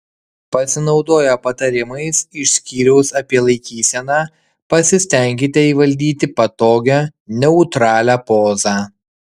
pasinaudoję patarimais iš skyriaus apie laikyseną pasistenkite įvaldyti patogią neutralią pozą